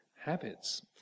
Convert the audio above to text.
habits